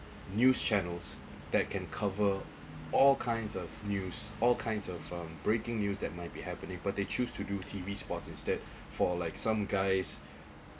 news channels that can cover all kinds of news all kinds of um breaking news that might be happening part they choose to do T_V sports instead for like some guys